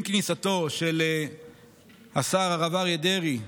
עם כניסתו של השר הרב אריה דרעי,